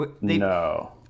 No